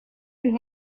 you